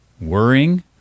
Worrying